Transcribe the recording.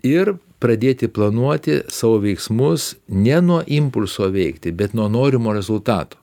ir pradėti planuoti savo veiksmus ne nuo impulso veikti bet nuo norimo rezultato